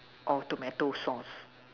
or tomato sauce